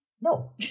no